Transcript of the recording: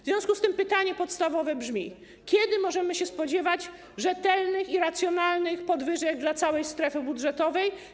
W związku z tym pytanie podstawowe brzmi: Kiedy możemy spodziewać się rzetelnych i racjonalnych podwyżek dla całej strefy budżetowej?